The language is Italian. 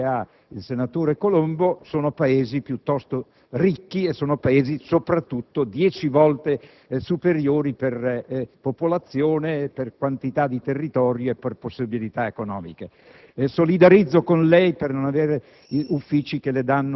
caso riferendomi all'esperienza geopolitica che ha il senatore Colombo, che si tratta di Paesi piuttosto ricchi e, soprattutto, dieci volte superiori per popolazione, per vastità di territorio e per possibilità economiche.